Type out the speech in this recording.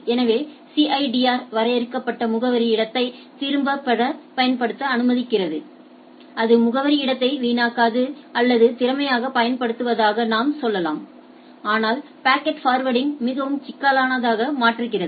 எனவே சிஐடிஆர் வரையறுக்கப்பட்ட முகவரி இடத்தை திறம்பட பயன்படுத்த அனுமதிக்கிறது அது முகவரி இடத்தை வீணாகாது அல்லது திறமையாக பயன்படுத்தப்படுவதாக நாம் சொல்லலாம் ஆனால் பாக்கெட்ஃபர்வேர்டிங் மிகவும் சிக்கலானதாக மாற்றுகிறது